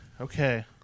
Okay